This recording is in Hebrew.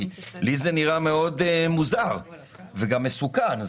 לי זה נראה מאוד מוזר וגם מסוכן.